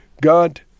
God